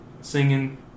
singing